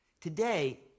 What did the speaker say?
Today